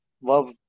love